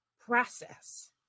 process